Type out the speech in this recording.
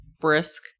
brisk